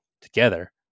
together